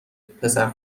پسر